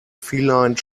feline